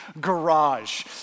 garage